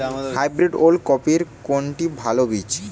Hybrid ওল কপির কোনটি ভালো বীজ?